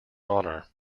honor